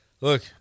Look